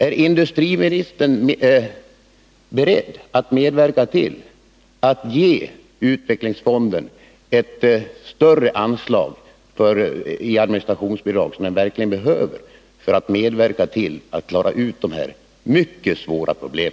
Är industriministern beredd att ge utvecklingsfonden större administrativt bidrag, som den verkligen behöver, för att medverka till att klara ut dess mycket svåra problem?